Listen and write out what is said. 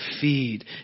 feed